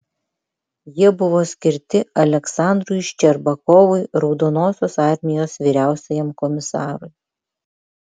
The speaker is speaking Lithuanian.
jie buvo skirti aleksandrui ščerbakovui raudonosios armijos vyriausiajam komisarui